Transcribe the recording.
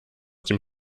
dem